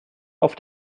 auf